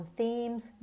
themes